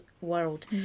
world